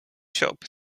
shop